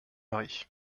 mari